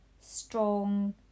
strong